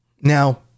Now